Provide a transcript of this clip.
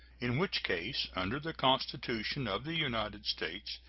in which case, under the constitution of the united states,